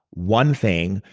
one thing,